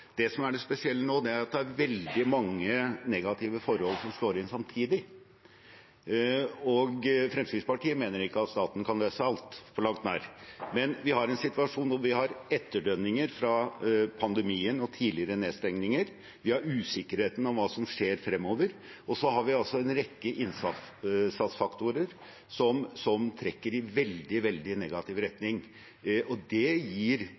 Det som er det spesielle nå, er at det er veldig mange negative forhold som slår inn samtidig. Fremskrittspartiet mener ikke at staten kan løse alt, på langt nær, men vi har en situasjon hvor vi har etterdønninger fra pandemien og tidligere nedstengninger, vi har usikkerhet om hva som skjer fremover, og så har vi en rekke innsatsfaktorer som trekker i veldig, veldig negativ retning. Det gir